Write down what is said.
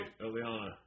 Eliana